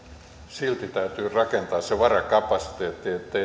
silti täytyy rakentaa se varakapasiteetti jos ei